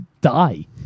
die